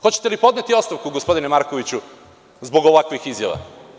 Hoćete li podneti ostavku gospodine Markoviću zbog ovakvih izjava?